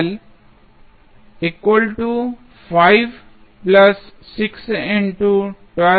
तो का मूल्य क्या होगा